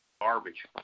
Garbage